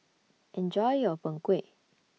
Enjoy your Png Kueh